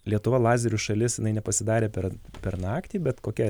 lietuva lazerių šalis jinai nepasidarė per per naktį bet kokia